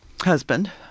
husband